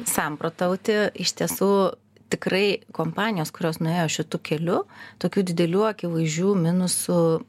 samprotauti iš tiesų tikrai kompanijos kurios nuėjo šitu keliu tokių didelių akivaizdžių minusų